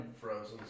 Frozen